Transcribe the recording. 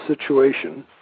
situation